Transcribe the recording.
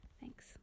Thanks